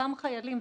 אותם חיילים,